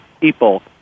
people